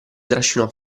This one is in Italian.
trascinò